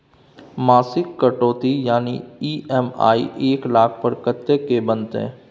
मासिक कटौती यानी ई.एम.आई एक लाख पर कत्ते के बनते?